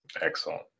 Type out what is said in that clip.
Excellent